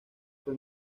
fue